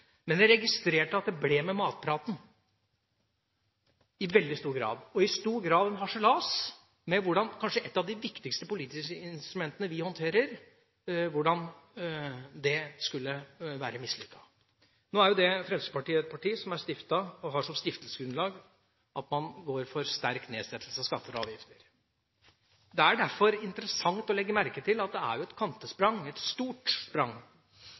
men jeg registrerte at det i veldig stor grad ble med matpraten, og at det i stor grad var en harselas med hvordan kanskje et av de viktigste politiske instrumentene vi håndterer, ville være mislykket. Nå er jo Fremskrittspartiet et parti som har som stiftelsesgrunnlag at man skal gå for sterk nedsettelse av skatter og avgifter. Det er derfor interessant å legge merke til at det er et stort sprang – et